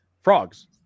frogs